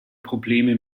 probleme